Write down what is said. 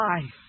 life